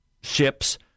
ships